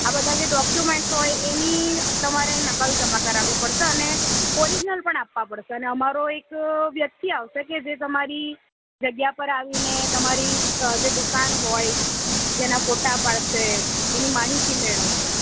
આ બધા જે ડોક્યુમેન્ટો હોય એની તમારે નકલ જમા કરાવવી પડશે અને ઓરિજનલ પણ આપવા પડશે અને અમારો એક વ્યક્તિ આવશે કે જે તમારી જગ્યા પર આવીને તમારી અ જે દુકાન હોય જેના ફોટા પાડશે એની માહિતી મેળવશે